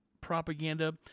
propaganda